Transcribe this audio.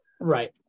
Right